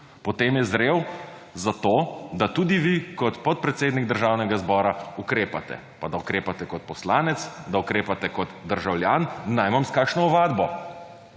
potem je zrel za to, da tudi vi kot podpredsednik Državnega zbora ukrepate, pa da ukrepate kot poslanec, da ukrepate kot državljan najmanj s kakšno ovadbo.